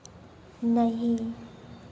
नहीं